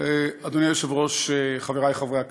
אדוני היושב-ראש, חברי חברי הכנסת,